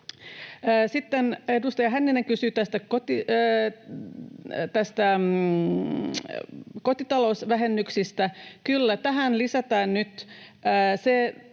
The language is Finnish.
Sitten edustaja Hänninen kysyi kotitalousvähennyksestä. Kyllä tähän lisätään nyt se,